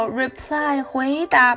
reply回答